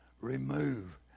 Remove